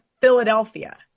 Philadelphia